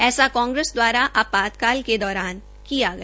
ऐसा कांग्रेस द्वारा आपातकाल के दौराना किया गया